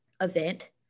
event